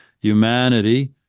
Humanity